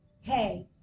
hey